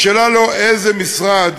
השאלה אינה איזה משרד